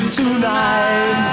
tonight